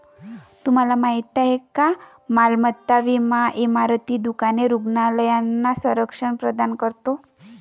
तुम्हाला माहिती आहे का मालमत्ता विमा इमारती, दुकाने, रुग्णालयांना संरक्षण प्रदान करतो